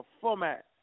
format